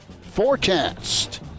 forecast